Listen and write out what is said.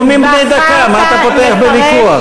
נאומים בני דקה, מה אתה פותח בוויכוח?